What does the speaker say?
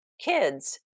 kids